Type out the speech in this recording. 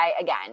again